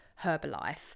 Herbalife